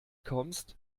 kommst